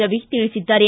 ರವಿ ತಿಳಿಸಿದ್ದಾರೆ